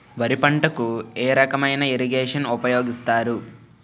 వరి పంటకు ఏ రకమైన ఇరగేషన్ ఉపయోగిస్తారు?